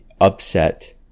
upset